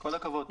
כל הכבוד.